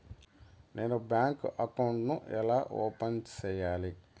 నేను bank account ను ఎలా ఓపెన్ సేయాలి?